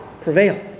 prevail